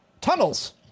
tunnels